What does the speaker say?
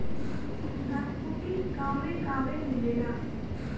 धनकुट्टी गांवे गांवे मिलेला